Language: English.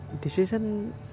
decision